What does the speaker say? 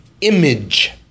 image